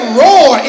roar